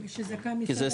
כי זה שכירות